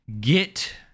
get